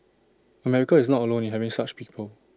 America is not alone in having such people